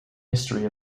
history